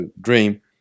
dream